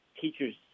teachers